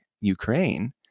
Ukraine